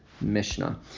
Mishnah